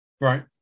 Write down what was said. Right